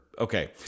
okay